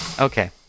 okay